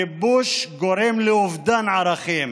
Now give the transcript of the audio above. כיבוש גורם לאובדן ערכים